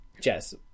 Jess